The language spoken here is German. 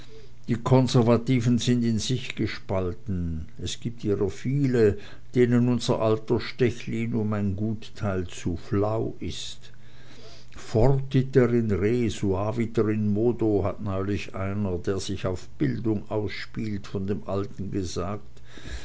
die konservativen sind in sich gespalten es gibt ihrer viele denen unser alter stechlin um ein gut teil zu flau ist fortiter in re suaviter in modo hat neulich einer der sich auf bildung ausspielt von dem alten gesagt